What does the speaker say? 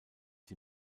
die